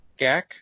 Gak